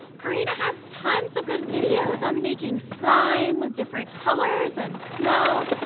karina has tons of good videos on making slime with different colors, and smells,